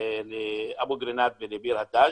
אבו קרינאת ולביר הדאג'.